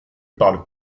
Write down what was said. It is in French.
parle